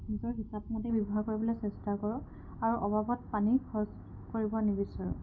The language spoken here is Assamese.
নিজৰ হিচাপমতে ব্যৱহাৰ কৰিবলৈ চেষ্টা কৰোঁ আৰু অবাবত পানী খৰচ কৰিব নিবিচাৰোঁ